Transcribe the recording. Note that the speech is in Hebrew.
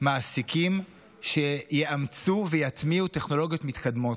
מעסיקים שיאמצו ויטמיעו טכנולוגיות מתקדמות.